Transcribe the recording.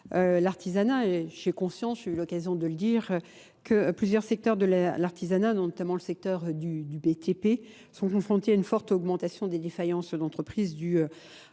l'artisanat. J'ai conscience, j'ai eu l'occasion de le dire, que plusieurs secteurs de l'artisanat, notamment le secteur du BTP, sont confrontés à une forte augmentation des défaillances d'entreprises.